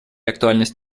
актуальность